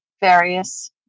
various